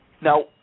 Now